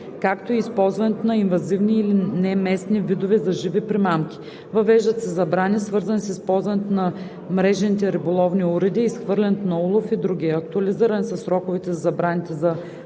както и използването на инвазивни или неместни видове за живи примамки. Въвеждат се забрани, свързани с използването на мрежените риболовни уреди, изхвърлянето на улов и други. Актуализирани са сроковете на забраните за улов и